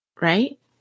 Right